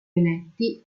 eletti